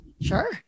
Sure